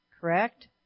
Correct